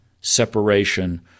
separation